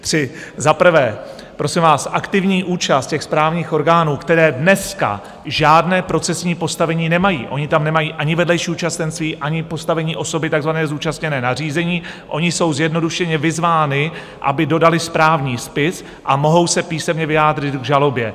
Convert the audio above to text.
Za prvé, prosím vás, aktivní účast správních orgánů, které dneska žádné procesní postavení nemají, ony tam nemají ani vedlejší účastenství, ani postavení takzvané osoby zúčastněné na řízení, ony jsou zjednodušeně vyzvány, aby dodaly správní spis, a mohou se písemně vyjádřit v žalobě.